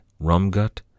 Rumgut